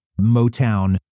Motown